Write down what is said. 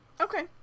Okay